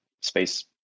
space